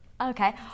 okay